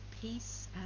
peace